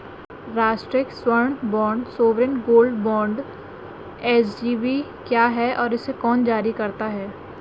राष्ट्रिक स्वर्ण bond sovereign gold bond SGB क्या है और इसे कौन जारी करता है?